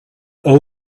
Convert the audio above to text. old